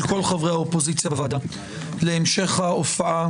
של כל חברי האופוזיציה בוועדה להמשך ההופעה